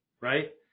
right